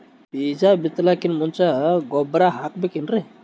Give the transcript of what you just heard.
ಬೀಜ ಬಿತಲಾಕಿನ್ ಮುಂಚ ಗೊಬ್ಬರ ಹಾಕಬೇಕ್ ಏನ್ರೀ?